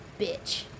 Bitch